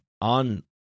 on